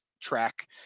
track